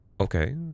Okay